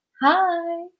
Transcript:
Hi